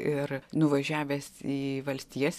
ir nuvažiavęs į valstijas